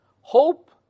Hope